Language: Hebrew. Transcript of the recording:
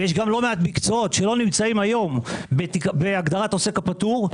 ויש גם לא מעט מקצועות שלא נמצאים היום בהגדרת העוסק הפטור,